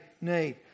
need